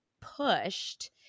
pushed